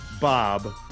Bob